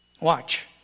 Watch